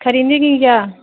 خریدیں گے کیا